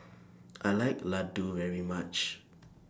I like Laddu very much